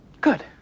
Good